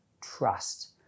trust